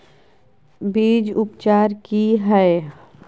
बीज उपचार कि हैय?